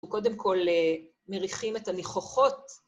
קודם כל מריחים את הניחוחות.